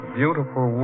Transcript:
beautiful